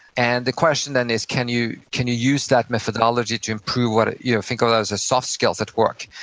and the question then is, can you can you use that methodology to improve, ah you know think of those as soft skills that work.